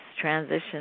transition